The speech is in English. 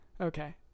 Okay